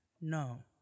No